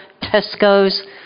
Tesco's